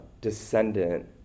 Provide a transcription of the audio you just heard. descendant